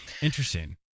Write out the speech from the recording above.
Interesting